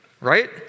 right